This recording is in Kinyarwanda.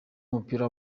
w’umupira